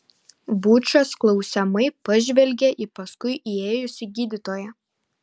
bučas klausiamai pažvelgė į paskui įėjusį gydytoją